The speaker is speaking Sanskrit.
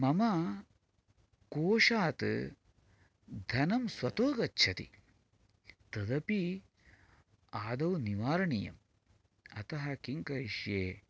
मम कोशात् धनं स्वतो गच्छति तदपि आदौ निवारणीयम् अतः किं करिष्ये